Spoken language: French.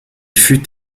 fut